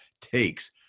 takes